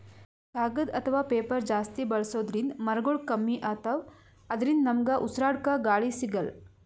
ಕಾಗದ್ ಅಥವಾ ಪೇಪರ್ ಜಾಸ್ತಿ ಬಳಸೋದ್ರಿಂದ್ ಮರಗೊಳ್ ಕಮ್ಮಿ ಅತವ್ ಅದ್ರಿನ್ದ ನಮ್ಗ್ ಉಸ್ರಾಡ್ಕ ಗಾಳಿ ಸಿಗಲ್ಲ್